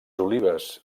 olives